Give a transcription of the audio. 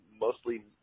mostly